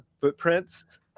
footprints